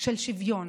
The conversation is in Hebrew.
של שוויון,